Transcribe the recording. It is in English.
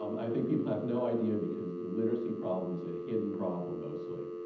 um i think people have no idea because the illiteracy problem is a hidden problem mostly.